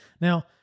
Now